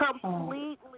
Completely